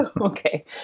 Okay